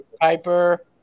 Piper